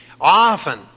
often